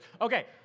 Okay